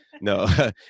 no